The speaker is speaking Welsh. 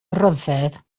ryfedd